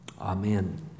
Amen